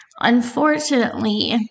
unfortunately